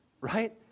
Right